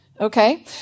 Okay